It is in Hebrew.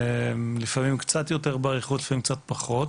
לפעמים קצת יותר באריכות, לפעמים קצת פחות,